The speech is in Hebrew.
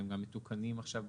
והם גם מתוקנים עכשיו,